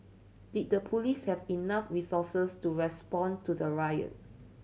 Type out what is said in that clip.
did the police have enough resources to respond to the riot